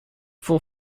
font